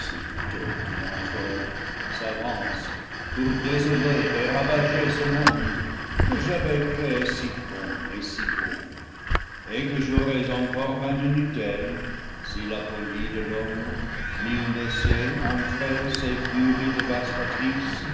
dogues de l'enfer s'avancent pour désoler et ravager ce monde que j'avais créé si bon et si beau et que j'aurais encore maintenu tel si la folie de l'homme n'y eût laissé entrer ces furies dévastatrices